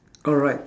alright